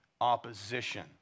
opposition